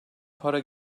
para